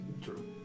true